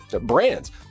brands